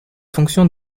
fonction